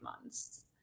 months